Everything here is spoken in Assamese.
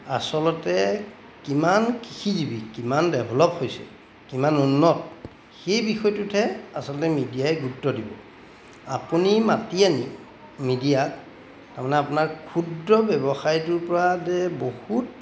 আচলতে কিমান কৃষিজীৱী কিমান ডেভেলপ হৈছে কিমান উন্নত সেই বিষয়টোতহে আচলতে মিডিয়াই গুৰুত্ব দিব আপুনি মাতি আনি মিডিয়াক তাৰমানে আপোনাৰ ক্ষুদ্ৰ ব্যৱসায়টোৰপৰা যে বহুত